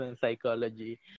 psychology